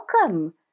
welcome